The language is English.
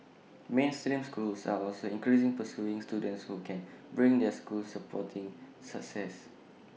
mainstream schools are also increasingly pursuing students who can bring their schools sporting success